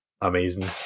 amazing